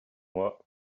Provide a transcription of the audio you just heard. moi